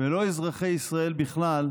ולא אזרחי ישראל בכלל,